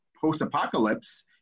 post-apocalypse